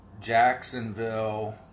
Jacksonville